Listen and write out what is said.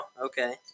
okay